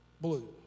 blue